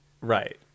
right